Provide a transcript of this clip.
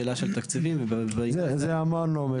שאלה של תקציבים --- את זה אמרנו בתחילת הדיון.